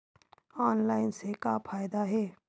Online से का फ़ायदा हे?